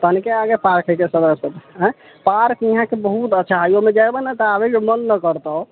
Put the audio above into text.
तनिके आगे पार्क हय इहाँसँ अय पार्क इहाँके बहुत अच्छा हय उहाँ जेबऽ न तऽ आबैके मन न करतौ